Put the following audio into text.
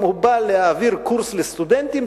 אם הוא בא להעביר קורס לסטודנטים,